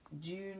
June